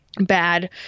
bad